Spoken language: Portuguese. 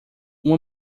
uma